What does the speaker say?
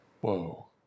Whoa